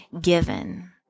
given